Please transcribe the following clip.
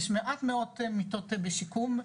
יש מעט מאוד מיטות בשיקום.